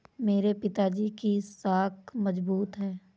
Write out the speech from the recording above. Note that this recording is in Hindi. मेरे पिताजी की साख मजबूत है